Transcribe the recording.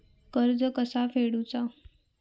कर्ज कसा फेडुचा?